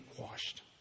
washed